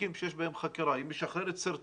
בתיקים שיש בהם חקירה היא משחררת סרטונים